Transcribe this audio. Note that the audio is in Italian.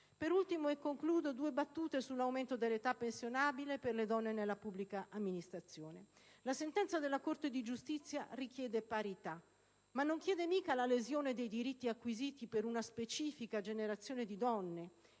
Per ultimo, e concludo, due battute sull'aumento dell'età pensionabile per le donne nella pubblica amministrazione. La sentenza della Corte di giustizia richiede parità, ma non chiede mica la lesione dei diritti acquisiti per una specifica generazione di donne.